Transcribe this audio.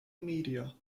media